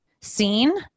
Seen